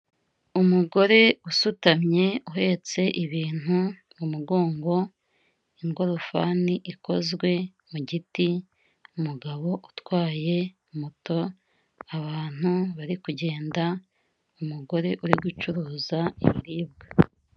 Umugore usutamye uhetse ibintu mu mugongo, ingorofani ikozwe mu giti, umugabo utwaye moto, abantu bari kugenda umugore uri gucuruza ibiribwa.